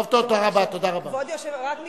אנחנו מוכנים לתת שלום, שיחזירו את השטחים.